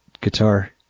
guitar